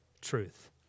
truth